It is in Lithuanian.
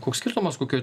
koks skirtumas kokioj